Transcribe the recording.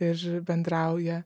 ir bendrauja